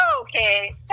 okay